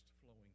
flowing